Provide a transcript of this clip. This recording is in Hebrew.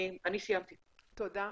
תודה..